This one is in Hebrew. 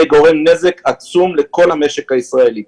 זה גורם נזק עצום לכל המשק הישראלי.